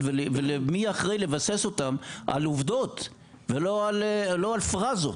ומי אחראי לבסס אותם על עובדות ולא על פרזות.